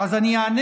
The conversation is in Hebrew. אז אני אענה,